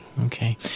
Okay